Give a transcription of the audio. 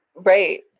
right.